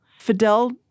Fidel